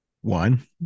one